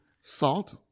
salt